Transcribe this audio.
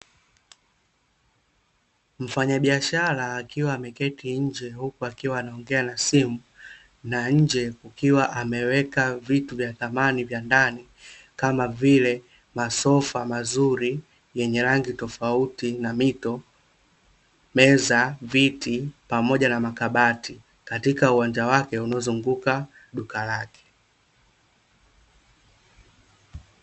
Mfanyabiashara akiwa ameketi nje huku akiwa anaongea na simu, na nje akiwa ameweka vitu vya samani vya ndani kama vile: masofa mazuri yenye rangi tofauti na mito, meza, viti, pamoja na makabati; katika uwanja wake unaozunguka duka lake.